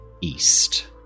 east